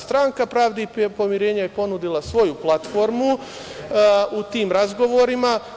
Stranka Pravde i pomirenja je ponudila svoju platformu u tim razgovorima.